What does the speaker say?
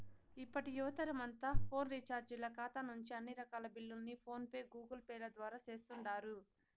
ఇప్పటి యువతరమంతా ఫోను రీచార్జీల కాతా నుంచి అన్ని రకాల బిల్లుల్ని ఫోన్ పే, గూగుల్పేల ద్వారా సేస్తుండారు